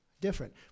Different